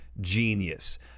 genius